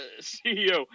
CEO